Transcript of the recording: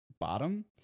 Bottom